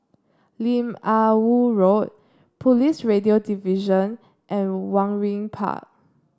Lim Ah Woo Road Police Radio Division and Waringin Park